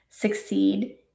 Succeed